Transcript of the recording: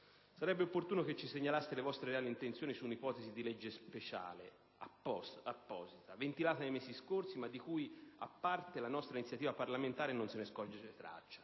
sarebbe opportuno che ci segnalaste le vostre reali intenzioni su un'ipotesi di apposita legge speciale, ventilata nei mesi scorsi ma di cui, a parte la nostra iniziativa parlamentare, non si scorge traccia.